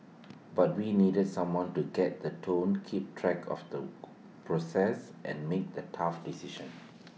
but we needed someone to get the tone keep track of the progress and make the tough decisions